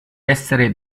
essere